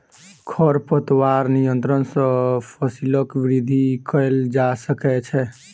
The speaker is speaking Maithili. खरपतवार नियंत्रण सॅ फसीलक वृद्धि कएल जा सकै छै